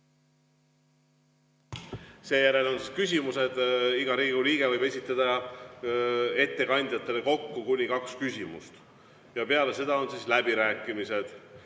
Seejärel on küsimused. Iga Riigikogu liige võib esitada ettekandjatele kokku kuni kaks küsimust. Peale seda on läbirääkimised.